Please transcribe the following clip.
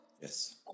yes